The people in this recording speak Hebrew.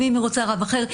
ואם היא רוצה רב אחר,